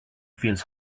feels